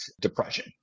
depression